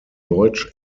deutsch